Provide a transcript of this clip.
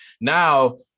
Now